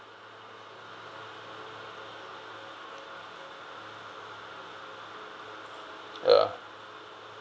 ya